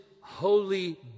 holy